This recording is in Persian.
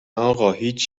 اقا، هیچ